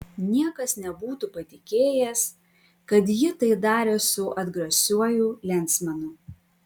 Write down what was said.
niekas nebūtų patikėjęs kad ji tai darė su atgrasiuoju lensmanu